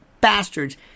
bastards